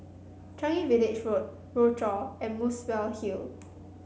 Changi Village Road Rochor and Muswell Hill